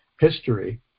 history